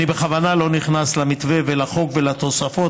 אני בכוונה לא נכנס למתווה ולחוק ולתוספות,